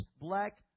black